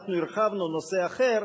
ואנחנו הרחבנו נושא אחר,